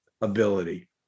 ability